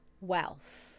wealth